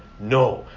no